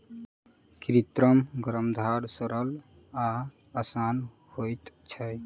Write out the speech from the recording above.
कृत्रिम गर्भाधान सरल आ आसान होइत छै